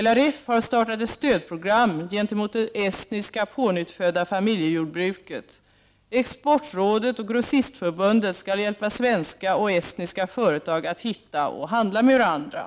LRF har startat ett stödprogram gentemot det estniska pånyttfödda familjejordbruket. Ex Prot. 1989/90:45 portrådet och Grossistförbundet skall hjälpa svenska och estniska företag att 13 december 1989 hitta och handla med varandra.